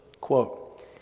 quote